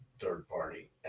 third-party